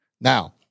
Now